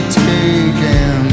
taken